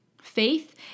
Faith